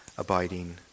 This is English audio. Abiding